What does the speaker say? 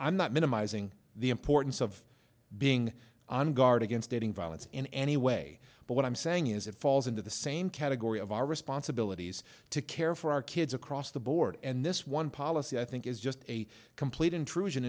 'm not minimizing the importance of being on guard against dating violence in any way but what i'm saying is it falls into the same category of our responsibilities to care for our kids across the board and this one policy i think is just a complete intrusion